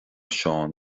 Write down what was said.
seán